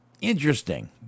interesting